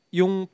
yung